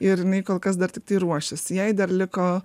ir jinai kol kas dar tiktai ruošiasi jai dar liko